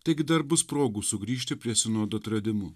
taigi dar bus progų sugrįžti prie sinodo atradimų